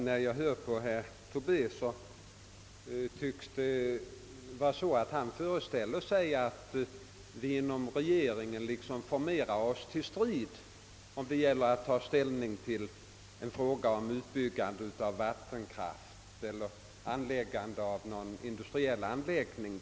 Herr talman! Herr Tobé tycks föreställa sig att vi inom regeringen liksom formerar oss till strid när det gäller att ta ställning till en fråga om utbyggande av vattenkraft eller anläggande av någon industri.